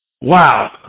wow